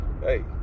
hey